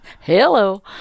Hello